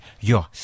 yo